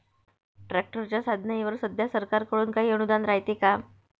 ट्रॅक्टरच्या साधनाईवर सध्या सरकार कडून काही अनुदान रायते का?